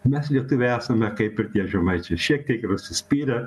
mes lietuviai esame kaip ir tie žemaičiai šiek tiek ir užsispyrę